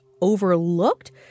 overlooked